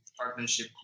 partnership